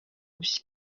bye